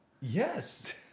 Yes